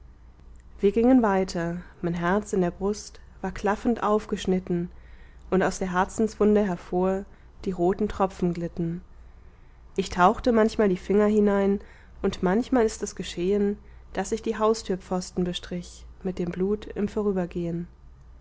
wir gingen weiter mein herz in der brust war klaffend aufgeschnitten und aus der herzenswunde hervor die roten tropfen glitten ich tauchte manchmal die finger hinein und manchmal ist es geschehen daß ich die haustürpfosten bestrich mit dem blut im vorübergehen